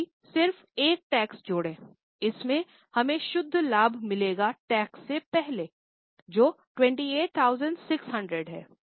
अभी सिर्फ एक टैक्स जोड़े इससे हमें शुद्ध लाभ मिलेगा टैक्स से पहले जो 28600 है